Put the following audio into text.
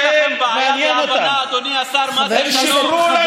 יש לכם בעיה בהבנה, אדוני השר, מה זה שלום.